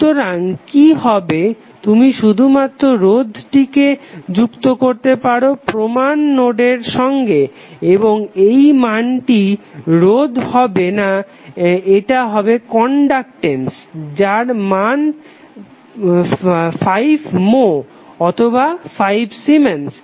সুতরাং কি হবে তুমি শুধুমাত্র রোধটিকে যুক্ত করতে পারো প্রমান নোডের সঙ্গে এবং এই মানটি রোধ হবে না এটা হবে কনডাকটেন্স যার মান 5 মো অথবা 5 সিমেন্স